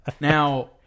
Now